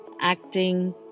acting